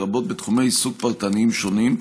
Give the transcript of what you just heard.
לרבות בתחומי עיסוק פרטניים שונים,